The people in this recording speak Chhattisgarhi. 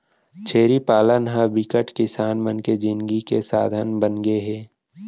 छेरी पालन ह बिकट किसान मन के जिनगी के साधन बनगे हे